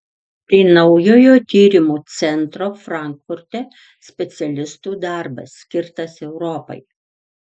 tai naujojo tyrimų centro frankfurte specialistų darbas skirtas europai